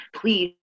please